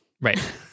Right